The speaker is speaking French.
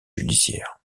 judiciaires